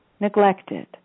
neglected